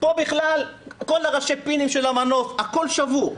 כל ראשי הפינים של המנוף הכל שבור.